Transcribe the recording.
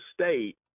State